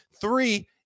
Three